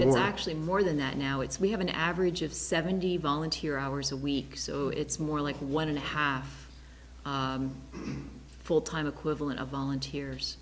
many actually more than that now it's we have an average of seventy volunteer hours a week so it's more like one and a half full time equivalent of volunteers